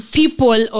people